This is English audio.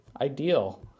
ideal